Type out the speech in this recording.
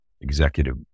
executive